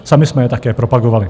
Sami jsme je také propagovali.